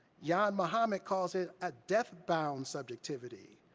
janmohamed calls it a death bound subjectivity,